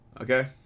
Okay